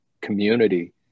community